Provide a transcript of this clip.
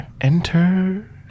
enter